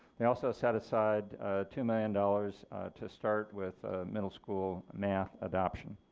they also set aside two million dollars to start with middle school math adoption.